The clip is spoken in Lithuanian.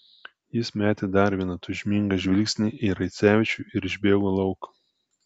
jis metė dar vieną tūžmingą žvilgsnį į raicevičių ir išbėgo lauk